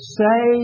say